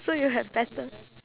so you have better